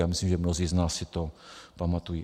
Já myslím, že mnozí z nás si to pamatují.